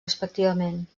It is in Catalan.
respectivament